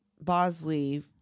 bosley